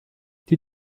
die